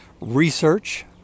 research